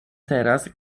teraz